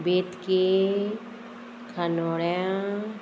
Betki कांदोळ्यां